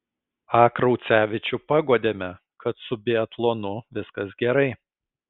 a kraucevičių paguodėme kad su biatlonu viskas gerai